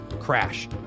crash